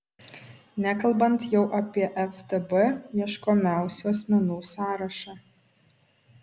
nekalbant jau apie ftb ieškomiausių asmenų sąrašą